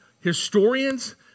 historians